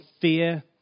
fear